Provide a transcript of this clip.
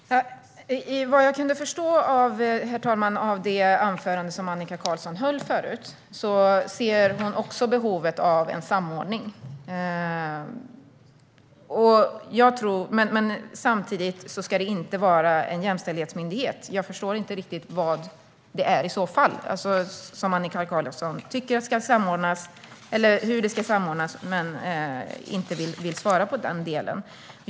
Herr talman! Vad jag kunde förstå av det anförande som Annika Qarlsson höll tidigare ser hon också behovet av samordning. Samtidigt ska det inte vara en jämställdhetsmyndighet. Jag förstår inte riktigt vad det i så fall är som Annika Qarlsson tycker ska samordnas eller hur det ska samordnas. Hon vill inte svara på den delen.